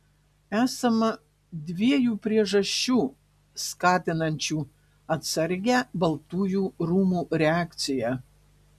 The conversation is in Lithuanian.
esama dviejų priežasčių skatinančių atsargią baltųjų rūmų reakciją